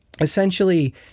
essentially